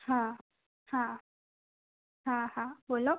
હા હા હા હા બોલો